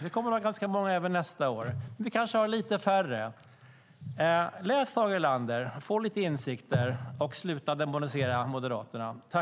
Vi kommer att ha ganska många även nästa år, men vi kanske har lite färre. Läs Tage Erlanders dagböcker, få lite insikter och sluta demonisera Moderaterna!